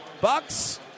Bucks